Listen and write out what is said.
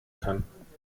kann